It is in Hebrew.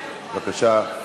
בבקשה.